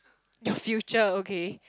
your future okay